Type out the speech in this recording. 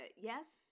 yes